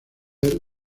ver